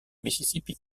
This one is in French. mississippi